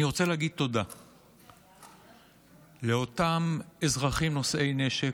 אני רוצה להגיד תודה לאותם אזרחים נושאי נשק,